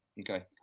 Okay